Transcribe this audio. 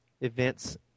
events